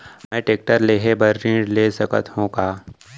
मैं टेकटर लेहे बर ऋण ले सकत हो का?